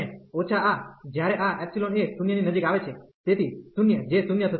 અને ઓછા આ જ્યારે આ એ 0 ની નજીક આવે છે તેથી 0 જે 0 થશે